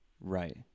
Right